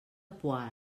poal